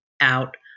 out